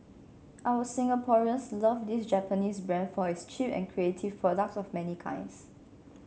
our Singaporeans love this Japanese brand for its cheap and creative products of many kinds